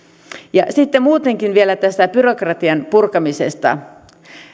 sitten muutenkin vielä tästä byrokratian purkamisesta